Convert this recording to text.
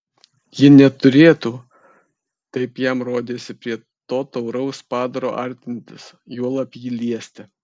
ji neturėtų taip jam rodėsi prie to tauraus padaro artintis juolab jį liesti